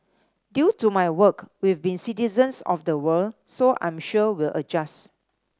due to my work we've been citizens of the world so I'm sure we'll adjust